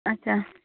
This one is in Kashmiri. اَچھا